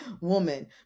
woman